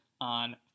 on